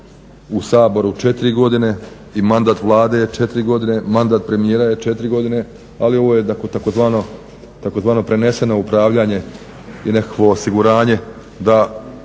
u Saboru 4 godine i mandat Vlade je 4 godine, mandat premijera je 4 godine. Ali ovo je tzv. preneseno upravljanje i nekakvo osiguranje da